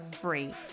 free